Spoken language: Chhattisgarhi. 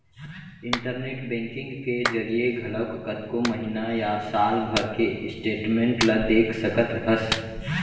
इंटरनेट बेंकिंग के जरिए घलौक कतको महिना या साल भर के स्टेटमेंट ल देख सकत हस